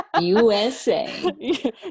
USA